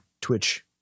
Twitch